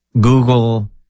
Google